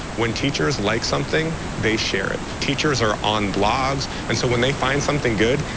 when teachers like something, they share it. teachers are on blogs, and so when they find something good,